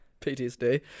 PTSD